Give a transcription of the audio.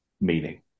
meaning